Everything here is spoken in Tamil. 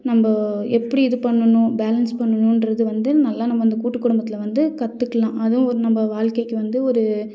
நம்ம எப்படி இது பண்ணணும் பேலன்ஸ் பண்ணணுன்றது வந்து நல்லா நம்ம அந்த கூட்டு குடும்பத்தில் வந்து கற்றுக்கலாம் அதுவும் ஒரு நம்ம வாழ்க்கைக்கு வந்து ஒரு